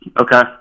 Okay